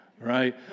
right